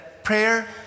prayer